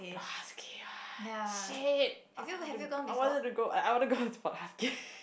the husky one shit I wanted to I wanted to go I want to go for the Husky